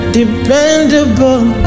dependable